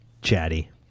chatty